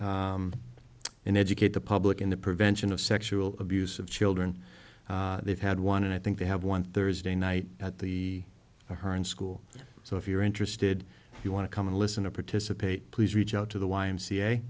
and educate the public in the prevention of sexual abuse of children they've had one and i think they have one thursday night at the ahern school so if you're interested you want to come and listen to participate please reach out to the y